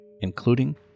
including